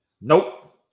Nope